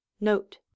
note